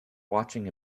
watching